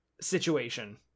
situation